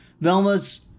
Velma's